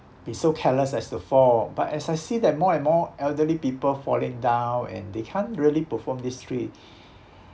be so careless as to fall but as I see that more and more elderly people falling down and they can't really perform these three